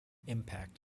impact